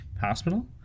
hospital